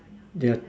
their